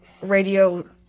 Radio